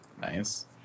Nice